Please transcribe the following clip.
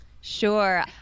Sure